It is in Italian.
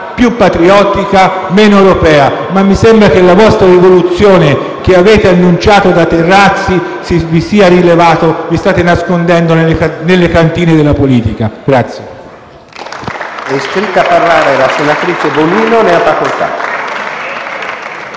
più patriottica, meno europea. Ma mi sembra che la vostra rivoluzione, che avete annunciato dai balconi, si stia nascondendo nelle cantine della politica.